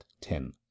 ten